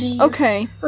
Okay